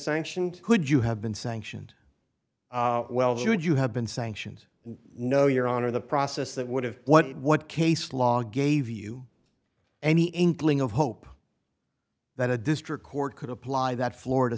sanctioned could you have been sanctioned well should you have been sanctioned no your honor the process that would have what case law gave you any inkling of hope that a district court could apply that florida